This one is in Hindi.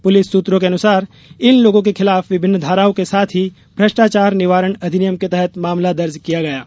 पुलिस सूत्रों के अनुसार इन लोगों के खिलाफ विभिन्न धाराओं के साथ ही भ्रष्टाचार निवारण अधिनियम के तहत मामला दर्ज किया गया है